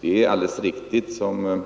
Det är alldeles riktigt som